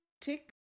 tick